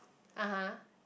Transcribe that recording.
(aha)